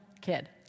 kid